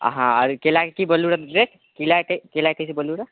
आ हँ आओर केलाके की बोललुॅं हँ रेट केलाके केलाके कैसे बोललुॅं रह